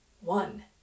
one